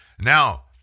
Now